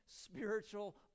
spiritual